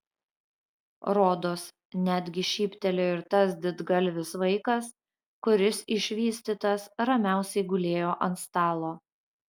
rodos netgi šyptelėjo ir tas didgalvis vaikas kuris išvystytas ramiausiai gulėjo ant stalo